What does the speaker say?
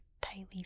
tightly